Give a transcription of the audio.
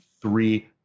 three